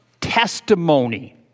testimony